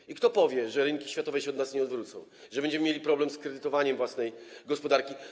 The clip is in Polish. I kto powie, że rynki światowe się od nas nie odwrócą i będziemy mieli problem z kredytowaniem własnej gospodarki?